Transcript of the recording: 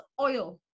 oil